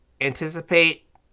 Anticipate